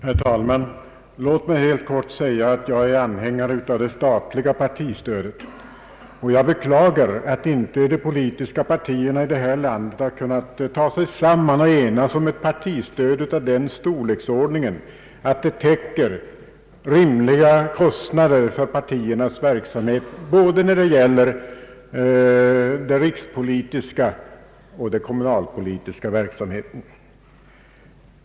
Herr talman! Låt mig här i korthet säga att jag är anhängare till det statliga partistödet och att jag beklagar, att de politiska partierna i detta land inte kunnat ta sig samman och enas om ett statligt partistöd av den storleksordningen ait det täcker rimliga kostnader för partiernas verksamhet både när det gäller den rikspolitiska och den kommunalpolitiska verksamheten.